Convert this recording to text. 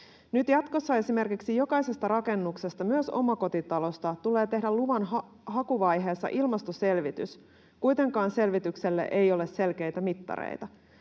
Nyt jatkossa esimerkiksi jokaisesta rakennuksesta, myös omakotitalosta, tulee tehdä luvanhakuvaiheessa ilmastoselvitys. Kuitenkaan selvitykselle ei ole selkeitä mittareita.